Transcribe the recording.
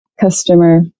customer